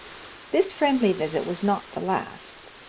this friendly visit was not the last.